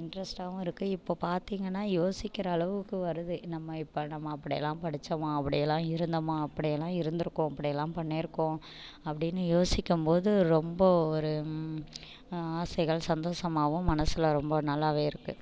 இண்ட்ரெஸ்ட்டாகவும் இருக்கு இப்போ பார்த்திங்கன்னா யோசிக்கிற அளவுக்கு வருது நம்ம இப்போ நம்ம அப்படியெல்லாம் படிச்சோமா அப்படியெல்லாம் இருந்தோமா அப்படியெல்லாம் இருந்துருக்கோம் அப்டியெல்லாம் பண்ணிருக்கோம் அப்படின்னு யோசிக்கும் போது ரொம்ப ஒரு ஆசைகள் சந்தோசமாகவும் மனசில் ரொம்ப நல்லாவே இருக்கு